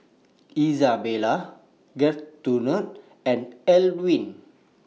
Izabelle Gertrude and Elwin